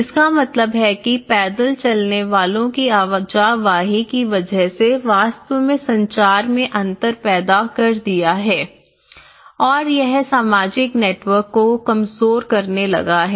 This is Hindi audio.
जिसका मतलब है कि पैदल चलने वालों की आवाजाही की वजह से वास्तव में संचार में अंतर पैदा कर दिया है और यह सामाजिक नेटवर्क को कमजोर करने लगा है